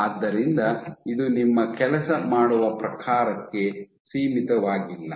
ಆದ್ದರಿಂದ ಇದು ನಿಮ್ಮ ಕೆಲಸ ಮಾಡುವ ಪ್ರಕಾರಕ್ಕೆ ಸೀಮಿತವಾಗಿಲ್ಲ